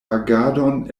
agadon